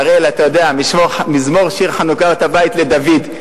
ואריאל, אתה יודע, מזמור שיר חנוכת הבית לדוד.